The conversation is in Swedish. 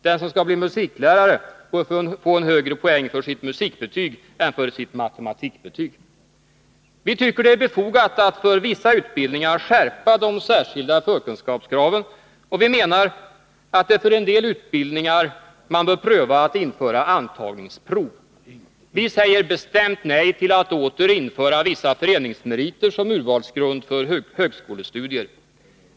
Den som skall bli musiklärare bör få en högre poäng för sitt musikbetyg än för sitt matematikbetyg. Vi tycker att det är befogat att för vissa utbildningar skärpa de särskilda förkunskapskraven, och vi menar att för en del utbildningar bör man pröva att införa antagningsprov. Vi säger bestämt nej till att åter införa vissa föreningsmeriter som urvalsgrund för högskolestudier.